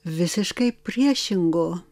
visiškai priešingo